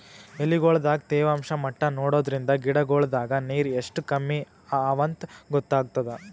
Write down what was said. ಎಲಿಗೊಳ್ ದಾಗ ತೇವಾಂಷ್ ಮಟ್ಟಾ ನೋಡದ್ರಿನ್ದ ಗಿಡಗೋಳ್ ದಾಗ ನೀರ್ ಎಷ್ಟ್ ಕಮ್ಮಿ ಅವಾಂತ್ ಗೊತ್ತಾಗ್ತದ